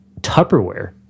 Tupperware